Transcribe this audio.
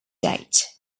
date